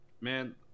man